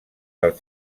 del